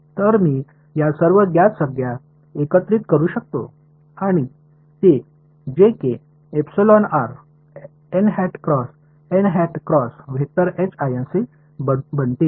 तर मी या सर्व ज्ञात संज्ञा एकत्रित करू शकतो आणि ते बनतील